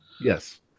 yes